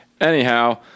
anyhow